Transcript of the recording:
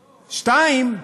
שנית,